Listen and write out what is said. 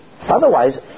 Otherwise